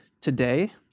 today